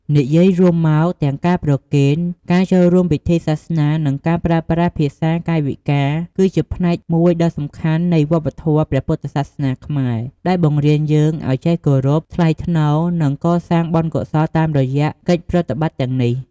និយាយរួមមក ទាំងការប្រគេន ការចូលរួមពិធីសាសនា និងការប្រើប្រាស់ភាសាកាយវិការ គឺជាផ្នែកមួយដ៏សំខាន់នៃវប្បធម៌ព្រះពុទ្ធសាសនាខ្មែរ ដែលបង្រៀនយើងឲ្យចេះគោរព ថ្លៃថ្នូរ និងកសាងបុណ្យកុសលតាមរយៈកិច្ចប្រតិបត្តិទាំងនេះ។